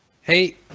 Hey